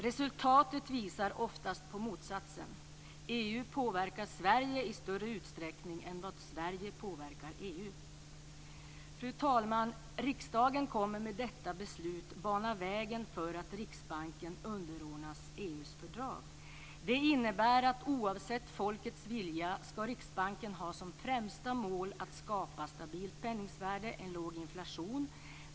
Resultatet visar oftast på motsatsen. EU påverkar Sverige i större utsträckning än vad Sverige påverkar Fru talman! Riksdagen kommer med detta beslut att bana väg för att Riksbanken underordnas EU:s fördrag. Det innebär att oavsett folkets vilja skall Riksbanken ha som främsta mål att skapa ett stabilt penningvärde och en låg inflation.